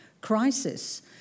crisis